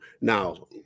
now